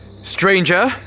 Stranger